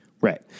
Right